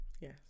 Yes